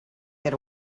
get